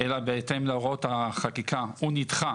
אלא בהתאם להוראות החקיקה, הוא נדחה